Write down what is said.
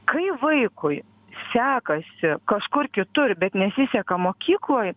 kai vaikui sekasi kažkur kitur bet nesiseka mokykloj